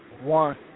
One